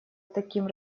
таким